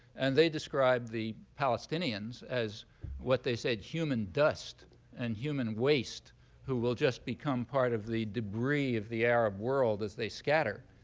and they describe the palestinians as what they said human dust and human waste who will just become part of the debris of the arab world as they scatter.